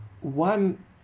one